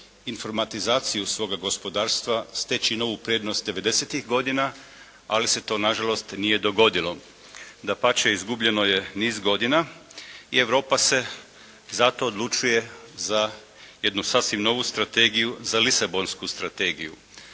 informatizaciju svoga gospodarstva steći novu prednost 90-tih godina, ali se to na žalost nije dogodilo. Dapače izgubljeno je niz godina i Europa se zato odlučuje za jednu sasvim novu strategiju, za lisabonsku strategiju.